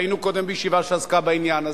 והיינו קודם בישיבה שעסקה בעניין הזה.